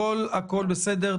הכול בסדר.